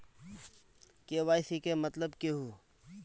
KYC के मतलब केहू?